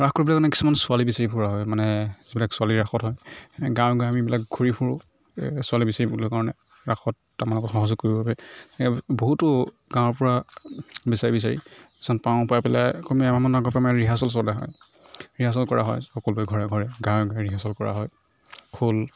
ৰাস কৰিবলৈ কাৰণে কিছুমান ছোৱালী বিচাৰি ফুৰা হয় মানে যিবিলাক ছোৱালী ৰাসত হয় গাঁৱে গাঁৱে আমিবিলাক ঘূৰি ফুৰোঁ এই ছোৱালী বিচাৰিবলৈ কাৰণে ৰাসত আমাক সহযোগ কৰিবৰ বাবে এই বহুতো গাঁৱৰ পৰা বিচাৰি বিচাৰি কিছুমান পাওঁ পাই পেলাই কমেও এমাহমান আগৰ পৰা আমাৰ ৰিহাৰ্চেল চলে আৰু ৰিহাৰ্চল কৰা হয় সকলোৰে ঘৰে ঘৰে গাঁৱে গাঁৱে ৰিহাৰ্চল কৰা হয় খোল